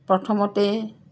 প্ৰথমতে